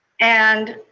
and